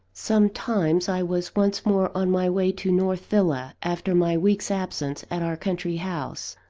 sometimes, i was once more on my way to north villa, after my week's absence at our country house.